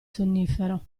sonnifero